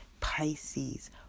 Pisces